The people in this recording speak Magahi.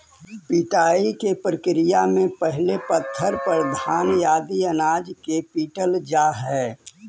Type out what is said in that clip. पिटाई के प्रक्रिया में पहिले पत्थर पर घान आदि अनाज के पीटल जा हइ